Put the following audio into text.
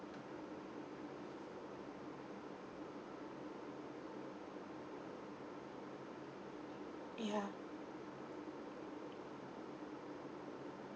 yeah